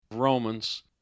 Romans